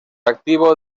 activo